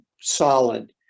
solid